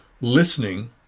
listening